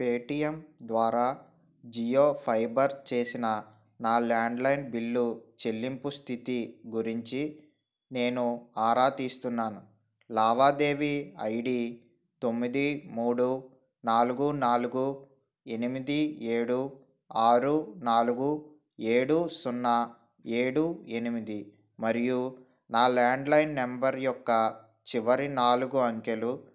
Paytm ద్వారా Jio fibre చేసిన నా ల్యాండ్లైన్ బిల్లు చెల్లింపు స్థితి గురించి నేను ఆరా తీస్తున్నాను లావాదేవీ ఐ డీ తొమ్మిది మూడు నాలుగు నాలుగు ఎనిమిది ఏడు ఆరు నాలుగు ఏడు సున్నా ఏడు ఎనిమిది మరియు నా ల్యాండ్లైన్ నంబర్ యొక్క చివరి నాలుగు అంకెలు